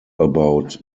about